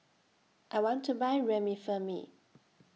I want to Buy Remifemin